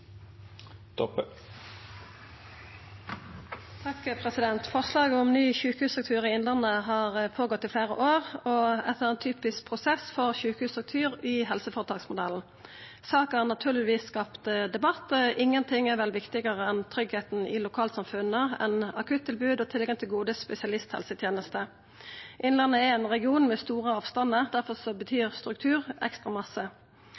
typisk prosess for sjukehusstruktur i helseføretaksmodellen. Saka har naturlegvis skapt debatt. Ingenting er vel viktigare enn tryggleiken i lokalsamfunna, enn akuttilbod og tilgang til gode spesialisthelsetenester. Innlandet er ein region med store avstandar. Difor betyr struktur ekstra